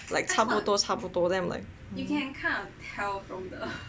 like 才不多才不多 then I am like